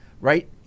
right